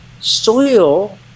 soil